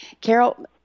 carol